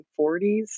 1940s